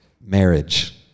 marriage